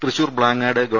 തൃശൂർ ്ബ്ലാങ്ങാട് ഗവ